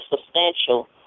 substantial